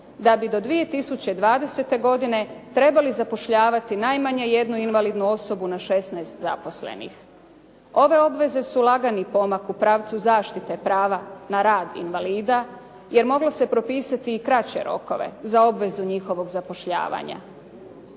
da bi do 2020. godine trebali zapošljavati najmanje jednu invalidnu osobu na 16 zaposlenih. Ove obveze su lagani pomak u pravcu zaštite prava na rad invalida, jer moglo se propisati i kraće rokove za obvezu njihovog zapošljavanja.